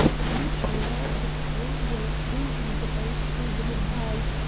at each rail the crew were swinging the boats over the side,